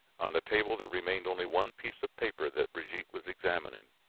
on the table, there remained only one piece of paper that brigitte was examining.